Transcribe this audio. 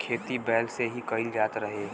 खेती बैल से ही कईल जात रहे